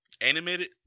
animated